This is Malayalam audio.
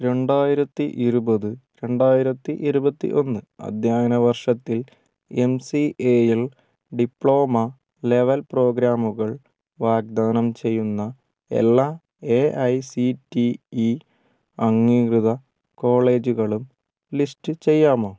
രണ്ടായിരത്തി ഇരുപത് രണ്ടായിരത്തി ഇരുപത്തി ഒന്ന് അധ്യയന വർഷത്തിൽ എം സി എയിൽ ഡിപ്ലോമ ലെവൽ പ്രോഗ്രാമുകൾ വാഗ്ദാനം ചെയ്യുന്ന എല്ലാ A I C T E അംഗീകൃത കോളേജുകളും ലിസ്റ്റ് ചെയ്യാമോ